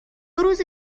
روزه